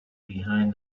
behind